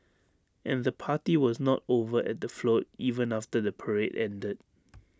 and the party was not over at the float even after the parade ended